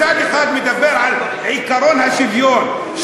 מצד אחד מדבר על עקרון השוויון,